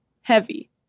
heavy